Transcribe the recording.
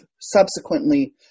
subsequently